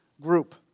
group